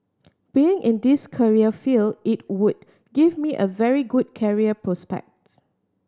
being in this career field it would give me a very good career prospects